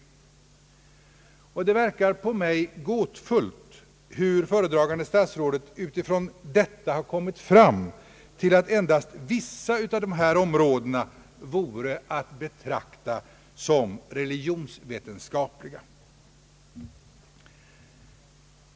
Det verkar för mig gåtfullt hur: föredragande statsrådet utifrån detta kommit fram till att endast vissa av dessa områden vore att betrakta som »religionsvetenskapliga».